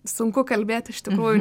sunku kalbėt iš tikrųjų